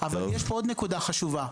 יש פה עוד נקודה חשובה.